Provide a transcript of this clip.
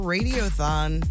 Radiothon